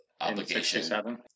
obligation